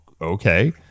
okay